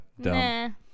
dumb